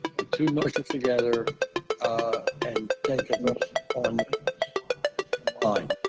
two motions together and take a vote on kind of like